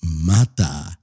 mata